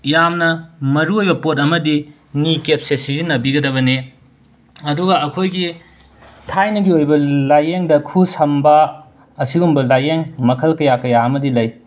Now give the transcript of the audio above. ꯌꯥꯝꯅ ꯃꯔꯨ ꯑꯣꯏꯕ ꯄꯣꯠ ꯑꯃꯗꯤ ꯅꯤ ꯀꯦꯞꯁꯦ ꯁꯤꯖꯤꯟꯅꯕꯤꯒꯗꯕꯅꯦ ꯑꯗꯨꯒ ꯑꯩꯈꯣꯏꯒꯤ ꯊꯥꯏꯅꯒꯤ ꯑꯣꯏꯕ ꯂꯥꯌꯦꯡꯗ ꯈꯨ ꯁꯝꯕ ꯑꯁꯤꯒꯨꯝꯕ ꯂꯥꯌꯦꯡ ꯃꯈꯜ ꯀꯌꯥ ꯀꯌꯥ ꯑꯃꯗꯤ ꯂꯩ